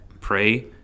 Pray